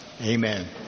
Amen